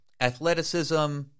athleticism